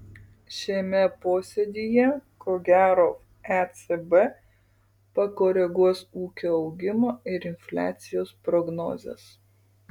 šiame posėdyje ko gero ecb pakoreguos ūkio augimo ir infliacijos prognozes